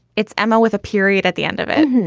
it's emma with a period at the end of it.